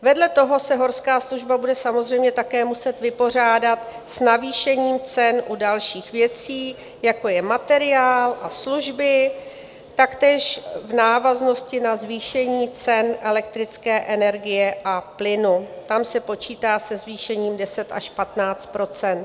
Vedle toho se Horská služba bude samozřejmě také muset vypořádat s navýšením cen u dalších věcí, jako je materiál a služby, taktéž v návaznosti na zvýšení cen elektrické energie a plynu, tam se počítá se zvýšením 10 až 15 %.